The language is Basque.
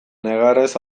negarrez